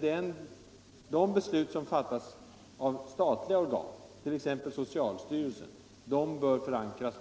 Men de beslut som fattas av statliga organ, t.ex. socialstyrelsen, bör förankras